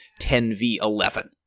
10v11